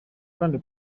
kane